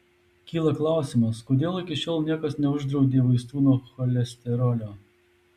kyla klausimas kodėl iki šiol niekas neuždraudė vaistų nuo cholesterolio